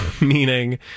meaning